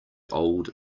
old